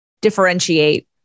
differentiate